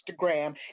Instagram